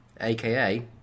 aka